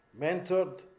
mentored